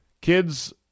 Kids